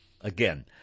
Again